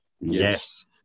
Yes